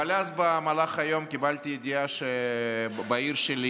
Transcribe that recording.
במהלך היום קיבלתי ידיעה שבעיר שלי,